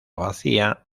vacía